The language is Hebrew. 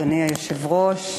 אדוני היושב-ראש,